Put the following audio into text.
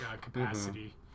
capacity